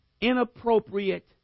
inappropriate